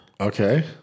Okay